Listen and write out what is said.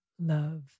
love